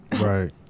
Right